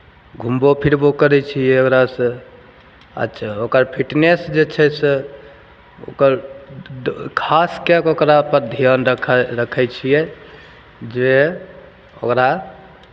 घुमबो फिरबो करै छियै ओकरासँ अच्छा ओकर फिटनेस जे छै से ओकर खास कए कऽ ओकरापर धियान रख् रखै छियै जे ओकरा